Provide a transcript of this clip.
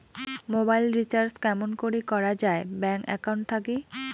Mobile recharge কেমন করি করা যায় ব্যাংক একাউন্ট থাকি?